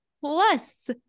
plus